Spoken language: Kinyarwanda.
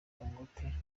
dangote